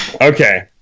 Okay